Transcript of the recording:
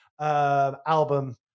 album